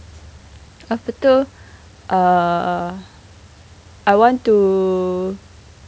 lepas itu err I want to